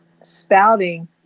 spouting